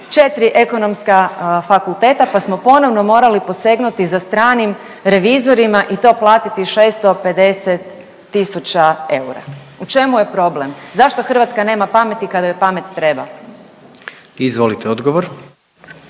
4 Ekonomska fakulteta pa smo ponovno morali posegnuti za stranim revizorima i to platiti 650 tisuća eura. U čemu je problem, zašto Hrvatska nema pameti kada joj pamet treba? **Jandroković,